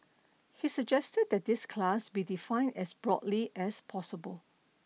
he suggested that this class be defined as broadly as possible